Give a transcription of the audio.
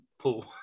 pool